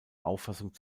auffassung